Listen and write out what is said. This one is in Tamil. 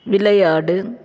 விளையாடு